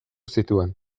zituen